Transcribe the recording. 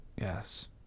yes